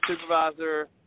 supervisor